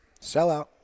Sellout